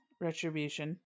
retribution